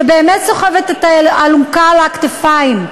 שבאמת סוחבת את האלונקה על הכתפיים,